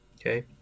okay